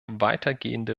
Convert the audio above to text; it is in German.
weitergehende